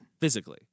Physically